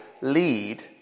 lead